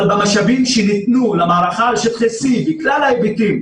אבל במשאבים שניתנו למערכה על שטחי C בכלל ההיבטים,